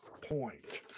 point